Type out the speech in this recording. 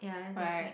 right